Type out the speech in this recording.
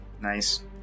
Nice